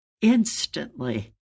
Instantly